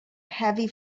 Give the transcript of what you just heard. heavy